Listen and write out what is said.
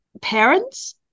parents